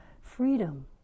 freedom